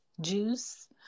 juice